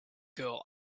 girl